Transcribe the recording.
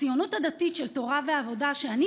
הציונות הדתית של תורה ועבודה שאני